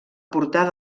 portar